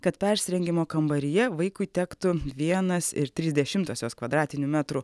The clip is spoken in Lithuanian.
kad persirengimo kambaryje vaikui tektų vienas ir trys dešimtosios kvadratinių metrų